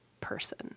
person